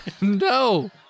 No